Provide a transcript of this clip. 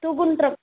Thugundram